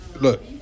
look